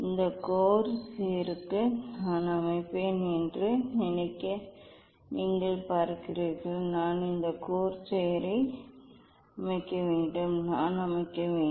இந்த கோர்சேருக்கு நான் அமைப்பேன் என்று நீங்கள் பார்க்கிறீர்கள் நான் இந்த கோர்செயரை அமைக்க வேண்டும் நான் அமைக்க வேண்டும்